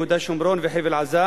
יהודה שומרון וחבל-עזה,